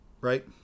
right